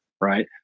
right